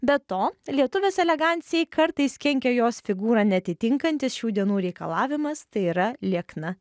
be to lietuvės elegancijai kartais kenkia jos figūrą neatitinkantis šių dienų reikalavimas tai yra liekna